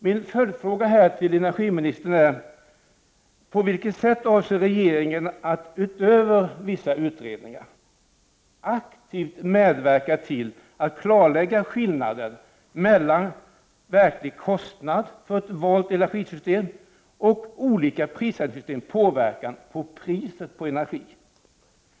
Min följdfråga till miljöoch energiministern är: På vilket sätt avser regeringen, utöver vissa utredningar, att aktivt medverka till att klarlägga hur stor den verkliga kostnaden för ett valt energisystem är och hur olika prissättningssystem påverkar priset på energi?